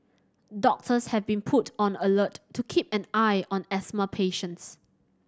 doctors have been put on alert to keep an eye on asthma patients